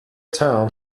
town